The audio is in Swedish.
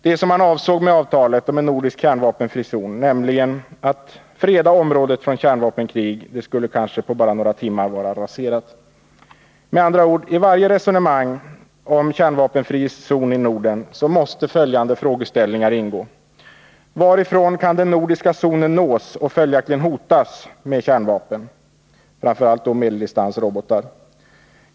Det man avsåg med avtalet om en nordisk kärnvapenfri zon, nämligen att freda området från kärnvapenkrig, skulle kanske på bara några timmar vara raserat. Med andra ord: I varje resonemang om en kärnvapenfri zon i Norden måste följande ingå: 1. Varifrån kan den nordiska zonen nås och följaktligen hotas med kärnvapen, framför allt med medeldistansrobotar? 2.